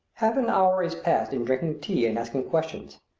half an hour is passed in drinking tea and asking questions.